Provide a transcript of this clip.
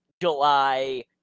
July